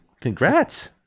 Congrats